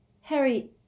Harry